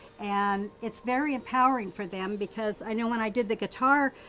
and it's very empowering for them, because i know when i did the guitar